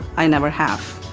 i never have.